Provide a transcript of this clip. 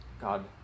God